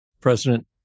President